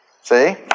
See